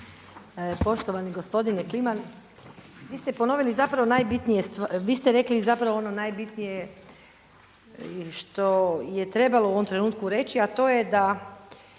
ponovili zapravo najbitnije, vi ste rekli zapravo ono najbitnije što je trebalo u ovom trenutku reći a to je da